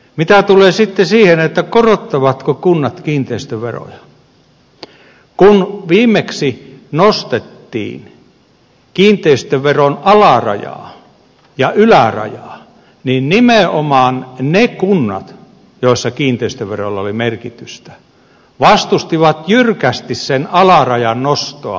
mitä tulee siihen korottavatko kunnat kiinteistöveroja kun viimeksi nostettiin kiinteistöveron alarajaa ja ylärajaa niin nimenomaan ne kunnat joissa kiinteistöverolla oli merkitystä vastustivat jyrkästi sen alarajan nostoa laissa